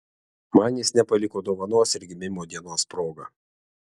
man jis nepaliko dovanos ir gimimo dienos proga